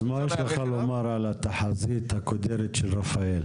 אז מה יש לך לומר על התחזית הקודרת של רפאל?